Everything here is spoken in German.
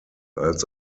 als